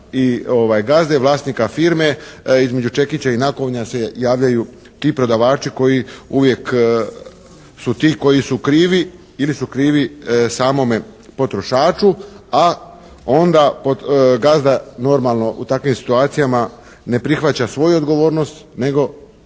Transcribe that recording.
i gazde, vlasnika firme, između čekića i nakovnja se javljaju ti prodavači koji uvijek su ti koji su krivi ili su krivi samome potrošaču a onda gazda normalno u takvim situacijama ne prihvaća svoju odgovornost nego